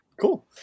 cool